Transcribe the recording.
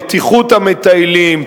בטיחות המטיילים,